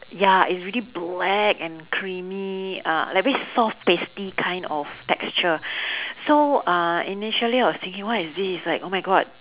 ya it's really black and creamy uh like very soft pasty kind of texture so uh initially I was thinking what is this like oh my god